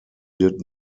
did